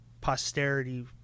posterity